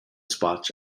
spots